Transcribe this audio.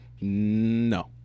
No